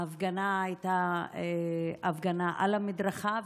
ההפגנה הייתה הפגנה על המדרכה,